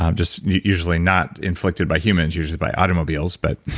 um just usually not inflicted by humans, usually by automobiles, but.